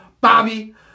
Bobby